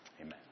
Amen